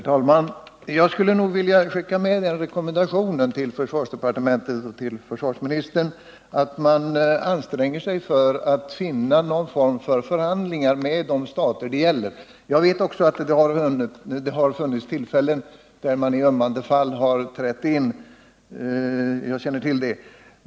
Herr talman! Jag skulle vilja skicka med försvarsministern den rekommendationen till försvarsdepartementet att man anstränger sig för att finna någon form för förhandlingar med de stater det gäller. Jag känner också till att det har funnits tillfällen då man har trätt in i ömmande fall.